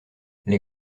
les